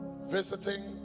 visiting